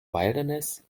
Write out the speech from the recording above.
wilderness